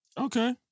Okay